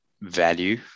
value